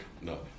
no